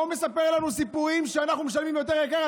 מה הוא מספר לנו סיפורים, שאנחנו משלמים יותר יקר.